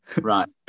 right